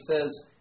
says